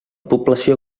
població